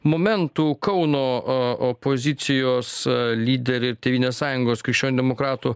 momentų kauno opozicijos lyderė ir tėvynės sąjungos krikščionių demokratų